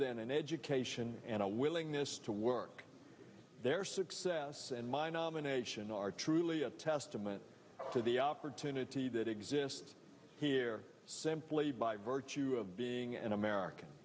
than an education and a willingness to work their success and my nomination are truly a testament to the opportunity that exists here simply by virtue of being an american